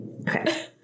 Okay